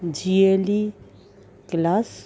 জিএলই class